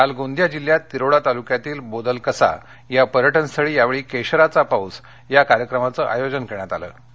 काल गोंदिया जिल्ह्यात तिरोडा तालुक्यातील बोदलकसा या पर्यटन स्थळी यावेळी केशराचा पाऊस या कार्यक्रमाचं आयोजन करण्यात आलं होतं